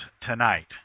tonight